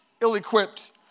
ill-equipped